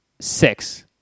Six